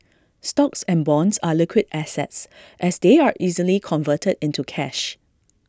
stocks and bonds are liquid assets as they are easily converted into cash